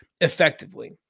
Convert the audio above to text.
effectively